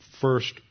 first